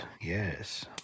Yes